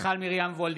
מיכל מרים וולדיגר,